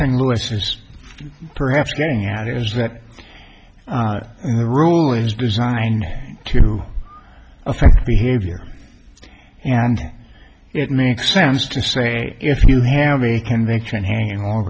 thing lewis use perhaps getting out is that the rulings designed to affect behavior and it makes sense to say if you have any conviction hanging o